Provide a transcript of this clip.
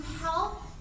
help